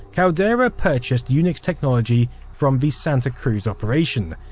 caldera purchased unix technology from the santa cruz operation,